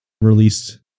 released